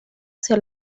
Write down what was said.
hacia